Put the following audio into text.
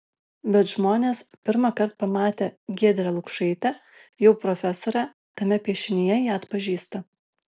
bet žmonės pirmąkart pamatę giedrę lukšaitę jau profesorę tame piešinyje ją atpažįsta